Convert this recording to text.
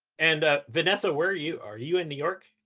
and vanessa, where are you? are you in new york?